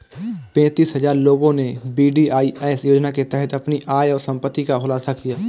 पेंतीस हजार लोगों ने वी.डी.आई.एस योजना के तहत अपनी आय और संपत्ति का खुलासा किया